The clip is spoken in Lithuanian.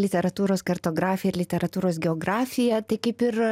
literatūros kartografija ir literatūros geografija tai kaip ir